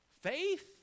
Faith